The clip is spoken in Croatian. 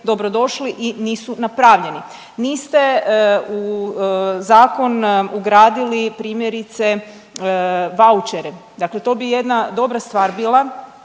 dobrodošli i nisu napravljeni. Niste u zakon ugradili primjerice vaučere. Dakle, to bi jedna dobra stvar bila